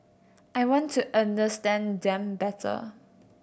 I want to understand them better